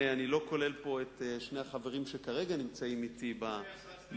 אני לא כולל את שני החברים שכרגע נמצאים אתי באולם,